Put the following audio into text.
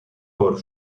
por